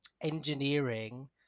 engineering